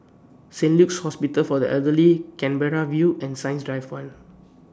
Saint Luke's Hospital For The Elderly Canberra View and Science Drive one